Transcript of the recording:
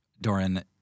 Doran